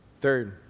Third